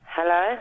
Hello